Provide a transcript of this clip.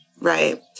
right